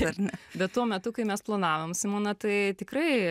dar ne bet tuo metu kai mes planavom simona tai tikrai